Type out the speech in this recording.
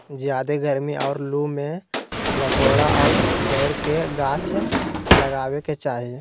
ज्यादे गरमी और लू में लसोड़ा और बैर के गाछ लगावे के चाही